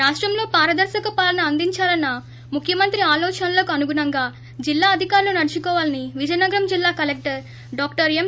రాష్టంలో పారదర్పక పాలన అందించాలన్న ముఖ్యమంత్రి ఆలోచనలకు అనుగుణంగా జిల్లా అధికారులు నడుచుకోవాలని విజయనగరం జిల్లా కలెక్టర్ డాక్టర్ ఎం